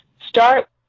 Start